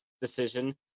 decision